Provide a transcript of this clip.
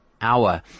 hour